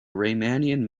riemannian